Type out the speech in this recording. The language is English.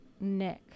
Nick